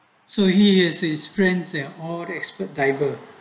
so he has his friends at all the expert diver